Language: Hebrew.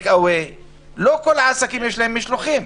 לא לכל העסקים יש להם משלוחים.